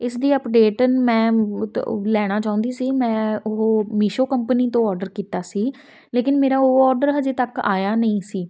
ਇਸ ਦੀ ਅਪਡੇਟ ਮੈਂ ਲੈਣਾ ਚਾਹੁੰਦੀ ਸੀ ਮੈਂ ਉਹ ਮੀਸ਼ੋ ਕੰਪਨੀ ਤੋਂ ਔਡਰ ਕੀਤਾ ਸੀ ਲੇਕਿਨ ਮੇਰਾ ਉਹ ਔਡਰ ਹਜੇ ਤੱਕ ਆਇਆ ਨਹੀਂ ਸੀ